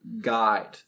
guide